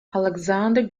alexander